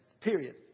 period